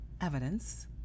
evidence